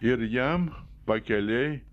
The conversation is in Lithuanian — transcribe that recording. ir jam pakeliai